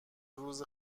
روز